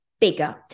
bigger